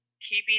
keeping